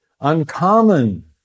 Uncommon